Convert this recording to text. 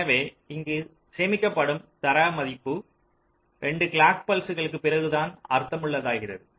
எனவே இங்கே சேமிக்கப்படும் தரவு மதிப்பு 2 கிளாக் பல்ஸ்களுக்கு பிறகுதான் அர்த்தமுள்ளதாகிறது